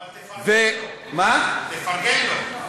אבל תפרגן לו.